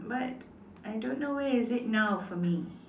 but I don't know where is it now for me